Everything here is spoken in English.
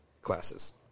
classes